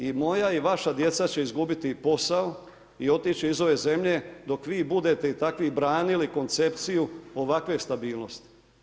I moja i vaša djeca će izgubiti posao i otići iz ove zemlje dok budete i takvi branili koncepciju ovakve stabilnosti.